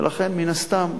ולכן מן הסתם,